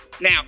Now